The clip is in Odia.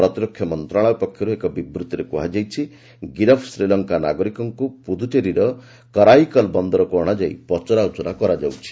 ପ୍ରତିରକ୍ଷା ମନ୍ତ୍ରଣାଳୟ ପକ୍ଷର୍ ଏକ ବିବୂଭିରେ କୁହାଯାଇଛି ଗିରଫ ଶ୍ରୀଲଙ୍କା ନାଗରିକମାନଙ୍କୁ ପୁଦୁଚେରୀର କରାଇକଲ୍ ବନ୍ଦରକ୍ ଅଣାଯାଇ ପଚରା ଉଚରା କରାଯାଉଛି